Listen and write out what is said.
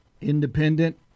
independent